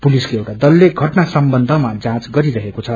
पूलिसको एउटा दलले घटना सम्बन्धमा जाँच गरिरहेको छ